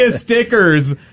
stickers